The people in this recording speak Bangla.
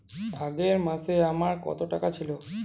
আগের মাসে আমার কত টাকা ছিল?